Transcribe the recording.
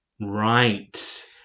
Right